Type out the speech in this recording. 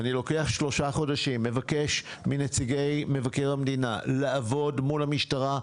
אני לוקח שלושה חודשים ומבקש מנציגי מבקר המדינה לעבוד מול המשטרה,